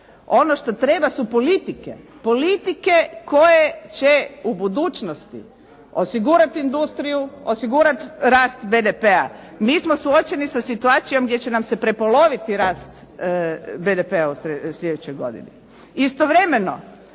Ono što treba su politike. Politike koje će u budućnosti osigurati industriju, osigurati rast BDP-a. Mi smo suočeni sa situacijom gdje će nam se prepoloviti rast BDP-a u sljedećoj godini. Istovremeno